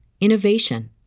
innovation